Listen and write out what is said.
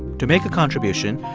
to make a contribution,